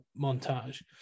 montage